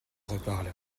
reparle